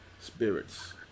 spirits